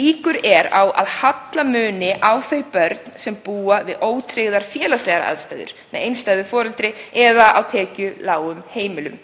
líkur eru á að halla muni á þau börn sem búa við ótryggar félagslegar aðstæður, með einstæðu foreldri, eða á tekjulágum heimilum.